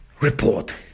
report